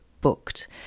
booked